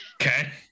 Okay